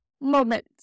moment